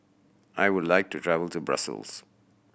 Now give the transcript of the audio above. I would like to travel to Brussels